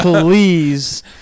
please